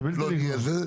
לא נגיע.